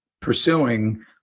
pursuing